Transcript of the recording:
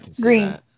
Green